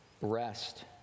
rest